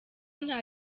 nta